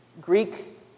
Greek